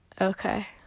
Okay